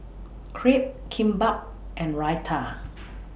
Crepe Kimbap and Raita